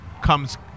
comes